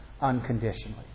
unconditionally